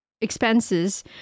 expenses